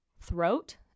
throat